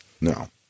No